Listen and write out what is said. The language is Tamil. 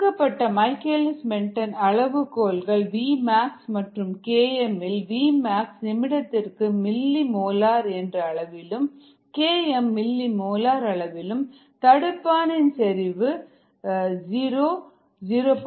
கொடுக்கப்பட்ட மைக்கேல்லிஸ் மென்டென் அளவுகோல்கள் vmaxமற்றும் km இல் vmax நிமிடத்திற்கு மில்லிமோலர் என்ற அளவிலும் km மில்லிமோலர் அளவிலும் தடுப்பான் செறிவு 0